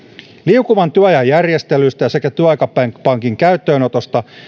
liukuvan työajan järjestelyistä sekä työaikapankin käyttöönotosta